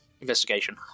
investigation